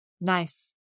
Nice